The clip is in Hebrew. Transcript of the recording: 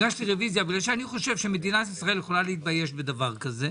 הגשתי רביזיה בגלל שאני חושב שמדינת ישראל יכולה להתבייש בדבר כזה,